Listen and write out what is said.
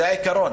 זה העיקרון.